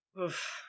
Oof